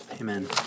Amen